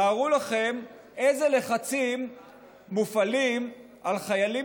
תארו לכם איזה לחצים מופעלים על חיילים